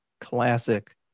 classic